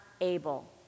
able